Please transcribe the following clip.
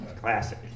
Classic